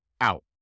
out